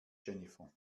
jennifer